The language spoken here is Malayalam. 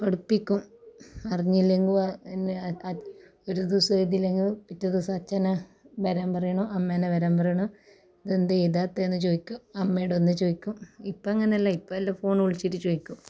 പഠിപ്പിക്കും അറിഞ്ഞില്ലെങ്കിൽ പിന്നെ ഒരു ദിവസം എഴുതിയില്ലെങ്കിൽ പിറ്റേ ദിവസം അച്ഛനെ വരാൻ പറയണം അമ്മേനെ വരാൻ പറയണം ഇത് എന്തെ എഴുതാത്തെ എന്ന് ചോദിക്കും അമ്മയോടൊന്ന് ചോദിക്കും ഇപ്പം അങ്ങനല്ല ഇപ്പം എല്ലാ ഫോണ് വിളിച്ചിട്ട് ചോദിക്കും